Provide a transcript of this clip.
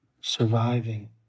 surviving